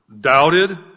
doubted